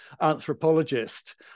anthropologist